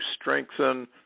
strengthen